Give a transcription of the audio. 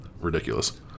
ridiculous